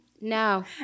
No